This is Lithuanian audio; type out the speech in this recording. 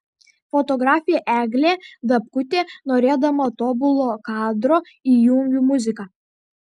fotografė eglė dabkutė norėdama tobulo kadro įjungiu muziką